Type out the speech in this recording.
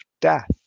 death